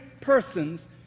persons